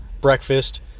breakfast